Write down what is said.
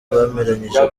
bemeranyije